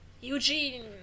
Eugene